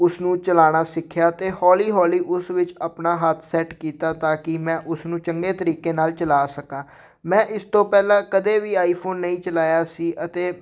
ਉਸਨੂੰ ਚਲਾਉਣਾ ਸਿੱਖਿਆ ਅਤੇ ਹੌਲੀ ਹੌਲੀ ਉਸ ਵਿੱਚ ਆਪਣਾ ਹੱਥ ਸੈੱਟ ਕੀਤਾ ਤਾਂ ਕਿ ਮੈਂ ਉਸਨੂੰ ਚੰਗੇ ਤਰੀਕੇ ਨਾਲ ਚਲਾ ਸਕਾਂ ਮੈਂ ਇਸ ਤੋਂ ਪਹਿਲਾਂ ਕਦੇ ਵੀ ਆਈਫੋਨ ਨਹੀਂ ਚਲਾਇਆ ਸੀ ਅਤੇ